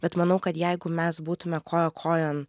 bet manau kad jeigu mes būtume koja kojon